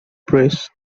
press